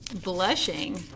Blushing